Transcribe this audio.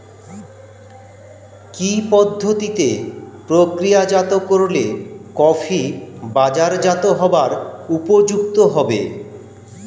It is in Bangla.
কি পদ্ধতিতে প্রক্রিয়াজাত করলে কফি বাজারজাত হবার উপযুক্ত হবে?